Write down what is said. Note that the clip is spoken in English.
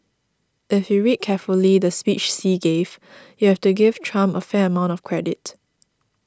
if you read carefully the speech Xi gave you have to give Trump a fair amount of credit